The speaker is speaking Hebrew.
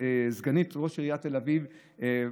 לסגנית ראש עיריית תל אביב הגב'